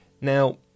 Now